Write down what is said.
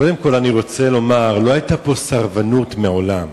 קודם כול אני רוצה לומר, לא היתה פה סרבנות מעולם.